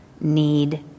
need